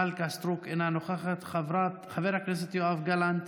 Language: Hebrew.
מלכה סטרוק, אינה נוכחת, חבר הכנסת יואב גלנט,